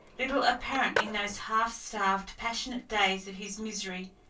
little apparent in those half-starved, passionate days of his misery,